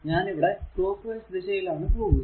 ഞാൻ ഇവിടെ clockwise ദിശയിൽ ആണ് പോകുക